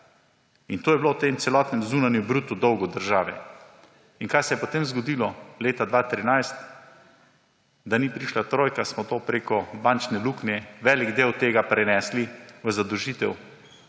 in to je bilo v tem celotnem zunanjem bruto dolgu države. In kaj se je potem zgodilo leta 2013? Da ni prišla trojka, smo to preko bančne luknje velik del tega prenesli v zadolžitev